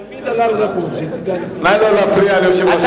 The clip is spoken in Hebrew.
נא לא להפריע ליושב-ראש ועדת הכספים.